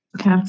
Okay